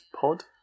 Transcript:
Pod